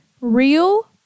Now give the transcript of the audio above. real